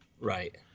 Right